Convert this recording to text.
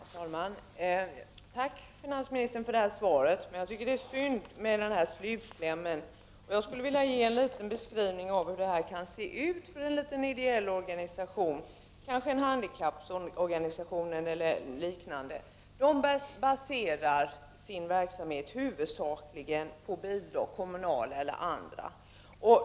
Herr talman! Jag tackar finansministern för svaret, men jag beklagar slutklämmen. Jag skulle vilja ge en beskrivning av vad denna avgift kan innebära för en liten ideell organisation, kanske en handikapporganisation eller liknande. Dessa organisationer baserar sin verksamhet huvudsakligen på bidrag, kommunala eller andra.